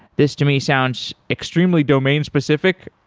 this to me sounds extremely domain specific.